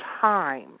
time